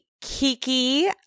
Kiki